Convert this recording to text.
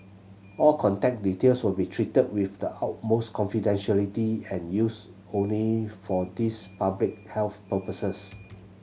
all contact details will be treated with the utmost confidentiality and used only for these public health purposes